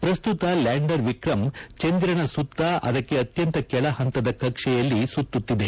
ಪ್ರಸ್ತುತ ಲ್ಲಾಂಡರ್ ವಿಕ್ರಂ ಚಂದಿರನ ಸುತ್ತ ಅದಕ್ಕೆ ಅತ್ನಂತ ಕೆಳ ಹಂತದ ಕಕ್ಷೆಯಲ್ಲಿ ಸುತ್ತುತ್ತಿದೆ